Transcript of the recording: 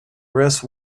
rest